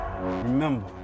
Remember